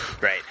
Right